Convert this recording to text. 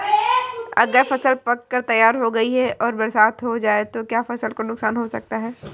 अगर फसल पक कर तैयार हो गई है और बरसात हो जाए तो क्या फसल को नुकसान हो सकता है?